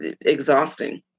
exhausting